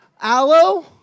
Aloe